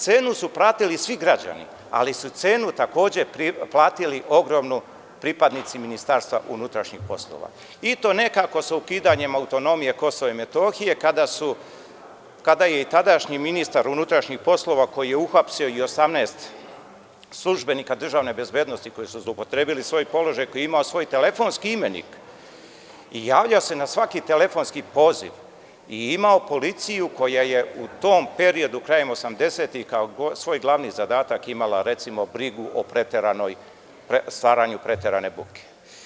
Cenu su platili svi građani, ali su cenu takođe platili pripadnici MUP, i to nekako sa ukidanjem autonomije KiM kada je tadašnji ministar unutrašnjih poslova, koji je uhapsio 18 službenika državne bezbednosti koji su zloupotrebili svoj položaj, koji je imao svoj telefonski imenik i javljao se na svaki telefonski poziv i imao policiju koja je u tom periodu, krajem 80-tih, kao glavni zadatak imala brigu o stvaranju preterane buke.